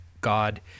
god